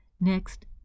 Next